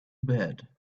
bad